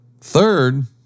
Third